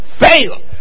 fail